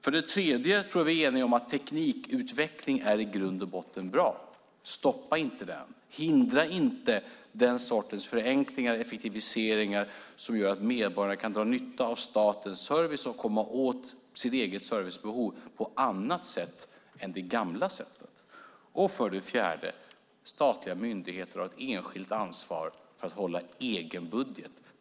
För det tredje tror jag att vi är eniga om att teknikutveckling i grund och botten är bra. Stoppa inte den! Hindra inte den sortens förenklingar och effektiviseringar som gör att medborgarna kan dra nytta av statens service och komma åt sitt eget servicebehov på annat sätt än det gamla sättet! För det fjärde har statliga myndigheter ett enskilt ansvar för att hålla sin egen budget.